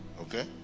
Okay